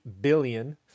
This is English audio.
billion